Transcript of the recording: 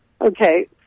Okay